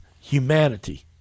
humanity